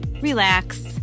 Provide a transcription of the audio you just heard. relax